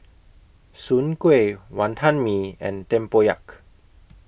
Soon Kuih Wantan Mee and Tempoyak